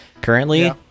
Currently